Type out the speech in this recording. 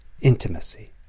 Intimacy